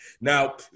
Now